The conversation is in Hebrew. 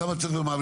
כמה צריך ומה.